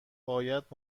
باید